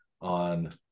on